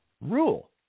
rule